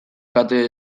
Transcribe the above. kate